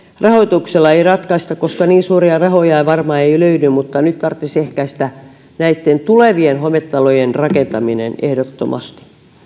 rahoituksella tätä ei ratkaista koska niin suuria rahoja varmaan ei löydy mutta nyt tarvitsisi ehkäistä tulevien hometalojen rakentaminen ehdottomasti